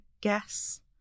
guess